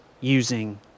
using